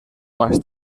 más